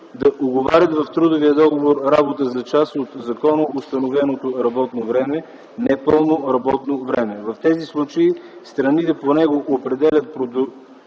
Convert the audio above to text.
да уговарят в трудовия договор работа за част от законово установеното работно време – непълно работно време. В тези случаи страните по него определят